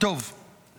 אז